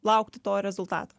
laukti to rezultato